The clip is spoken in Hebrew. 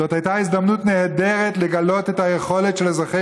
זאת הייתה הזדמנות נהדרת לגלות את היכולת של אזרחי